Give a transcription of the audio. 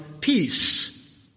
Peace